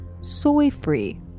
soy-free